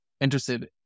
interested